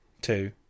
two